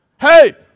Hey